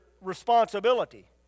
responsibility